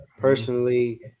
personally